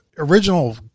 original